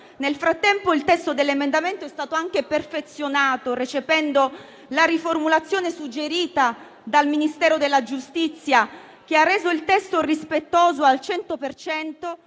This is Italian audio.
Nel frattempo il testo dell'emendamento è stato anche perfezionato, recependo la riformulazione suggerita dal Ministero della giustizia che ha reso il testo rispettoso al 100